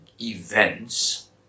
events